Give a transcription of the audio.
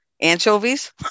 anchovies